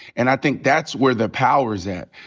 and i think that's where the power's at.